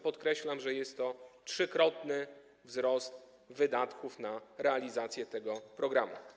Podkreślam, że jest to trzykrotny wzrost wydatków na realizację tego programu.